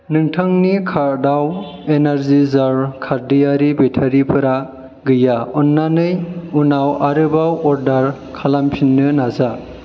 नोंथांनि कार्टआव एनार्जायजार खारदैयारि बेटारिफोरा गैया अन्नानै उनाव आरोबाव अर्डार खालामफिन्नो नाजा